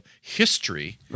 history